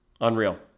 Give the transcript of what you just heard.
Unreal